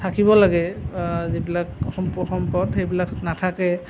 থাকিব লাগে যিবিলাক স সম্পূৰ্ণ সম্পদ সেইবিলাক নাথাকে